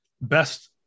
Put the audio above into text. best